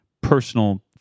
personal